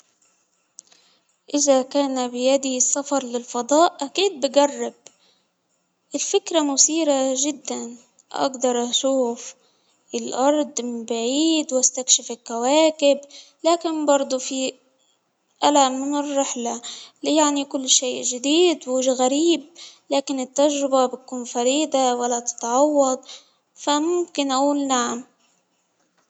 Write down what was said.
إذا كان بيدي سفر للفضاء أكيد بجرب، الفكرة مثيرة جدا، أجدر أشوف الأرض من بعيد وأستكشف الكواكب، لكن برضه في ألأ من الرحلة، ليه يعني كل شيء جديد وغريب لكن التجربة بتكون فريدة ولا تتعوض، فممكن اقول نعم.